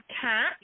cat